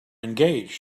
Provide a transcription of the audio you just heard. engaged